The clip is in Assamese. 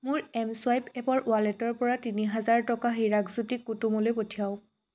মোৰ এম চুৱাইপ এপৰ ৱালেটৰ পৰা তিনি হেজাৰ টকা হিৰাকজ্যোতি কুতুমলৈ পঠিয়াওক